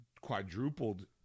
quadrupled